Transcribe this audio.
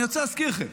אני רוצה להזכיר לכם: